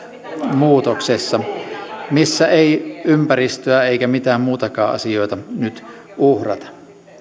muutoksessa missä ei ympäristöä eikä mitään muitakaan asioita nyt uhrata